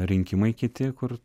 rinkimai kiti kur